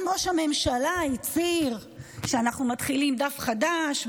גם ראש הממשלה הצהיר שאנחנו פותחים דף חדש,